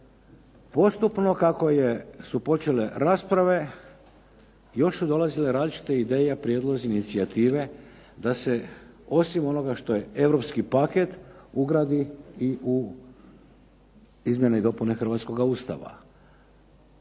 postupno kako su počele rasprave još su dolazile različite ideje prijedlozi, inicijative da se osim onoga što je europski paket ugradi u izmjene i dopune hrvatskoga Ustava.